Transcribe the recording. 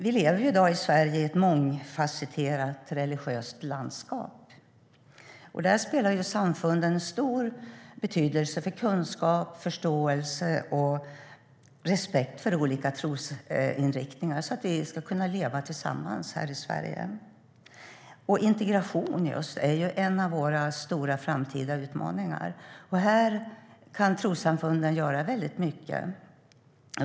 Vi lever i Sverige i dag i ett mångfasetterat religiöst landskap, och där har samfunden stor betydelse för kunskap, förståelse och respekt för olika trosinriktningar så att vi ska kunna leva tillsammans här i Sverige. Integration är en av våra stora framtida utmaningar, och här kan trossamfunden göra väldigt mycket.